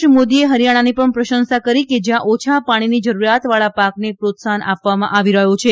તેમણે હરીયાણાની પણ પ્રશંસા કરી કે જયાં ઓછા પાણીની જરૂરીયાતવાળા પાકને પ્રીત્સાહન આપવામાં આવી રહયું છે